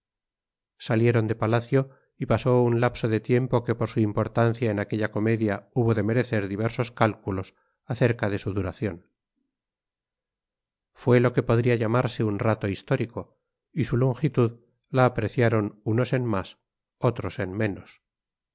salieron de palacio y pasó un lapso de tiempo que por su importancia en aquella comedia hubo de merecer diversos cálculos acerca de su duración fue lo que podría llamarse un rato histórico y su longitud la apreciaron unos en más otros en menos